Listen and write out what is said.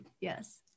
Yes